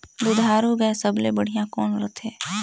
दुधारू गाय सबले बढ़िया कौन रथे?